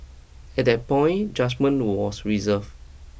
at that point judgement was reserved